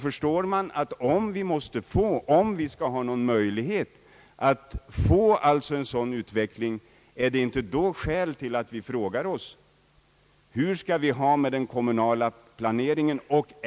Om vi skall ha någon möjlighet att åstadkomma en sådan ut veckling, är det då inte skäl att vi frågar oss: Hur skall det bli med den kommunala planeringen?